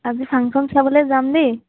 আজি ফাংশ্যন চাবলৈ যাম দেই